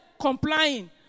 complying